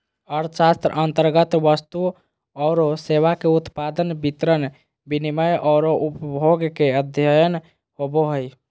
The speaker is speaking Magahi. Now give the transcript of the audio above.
अर्थशास्त्र अन्तर्गत वस्तु औरो सेवा के उत्पादन, वितरण, विनिमय औरो उपभोग के अध्ययन होवो हइ